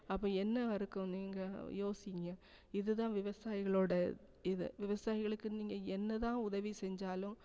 அப்போ என்னவாக இருக்கும் நீங்கள் யோசிங்க இதுதான் விவசாயிகளோட இது விவசாயிகளுக்கு நீங்கள் என்னதான் உதவி செஞ்சாலும்